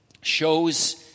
shows